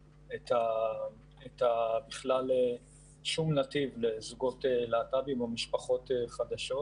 שום נתיב לזוגות להט"בים או משפחות חדשות,